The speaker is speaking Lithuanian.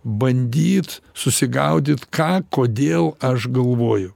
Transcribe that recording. bandyt susigaudyt ką kodėl aš galvoju